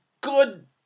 good